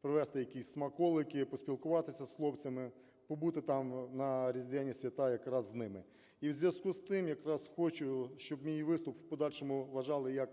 привезти якісь смаколики, поспілкуватися з хлопцями, побути там на різдвяні свята якраз з ними. І в зв'язку з тим якраз хочу, щоб мій виступ в подальшому вважали як